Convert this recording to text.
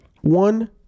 One